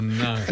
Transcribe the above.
no